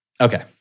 okay